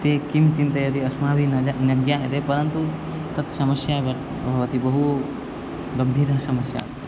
ते किं चिन्तयति अस्माभिः न जानति ज्ञायते परन्तु तत् समस्या वर्तते भवति बहु गंभीर समस्या अस्ति